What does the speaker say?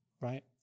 Right